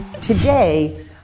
Today